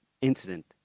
incident